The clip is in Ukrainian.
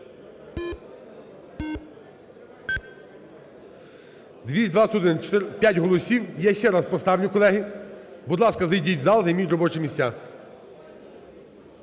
17:54:54 За-221 П'ять голосів, я ще раз поставлю, колеги. Будь ласка, зайдіть в зал, займіть робочі місця.